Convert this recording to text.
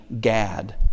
Gad